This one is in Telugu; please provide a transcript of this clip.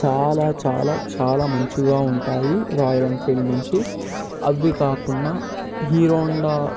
చాలా చాలా చాలా మంచిగా ఉంటాయి రాయల్ ఎన్ఫీల్డ్ నుంచి అవి కాకుండా హీరో హోండా